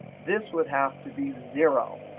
this would have to be zero.